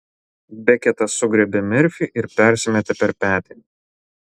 beketas sugriebė merfį ir persimetė per petį